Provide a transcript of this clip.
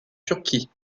turquie